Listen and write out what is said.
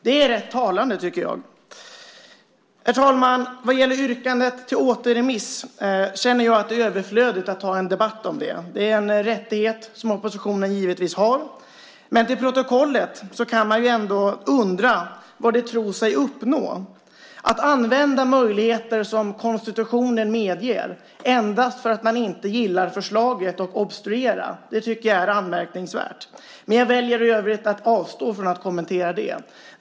Det är rätt talande, tycker jag. Herr talman! Yrkandet om återremiss är det överflödigt att ta en debatt om. Det är givetvis en rättighet som oppositionen har, men man kan ändå undra vad oppositionen tror sig uppnå. Man använder möjligheter som konstitutionen medger endast för att man inte gillar förslaget och vill obstruera. Det tycker jag är anmärkningsvärt. Men jag väljer i övrigt att avstå från att kommentera det.